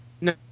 No